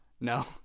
No